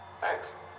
Thanks